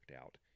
out